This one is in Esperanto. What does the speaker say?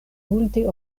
multe